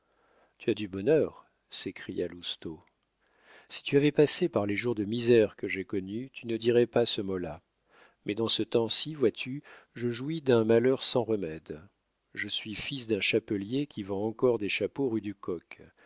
tu as du bonheur s'écria lousteau si tu avais passé par les jours de misère que j'ai connus tu ne dirais pas ce mot-là mais dans ce temps-ci vois-tu je jouis d'un malheur sans remède je suis fils d'un chapelier qui vend encore des chapeaux rue du coq